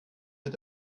mit